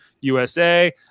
USA